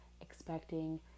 expecting